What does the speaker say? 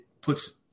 puts